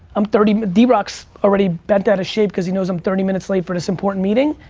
i'm thirty, d-rock's already bent out of shape because he knows i'm thirty minutes late for this important meeting,